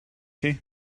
chi